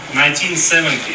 1970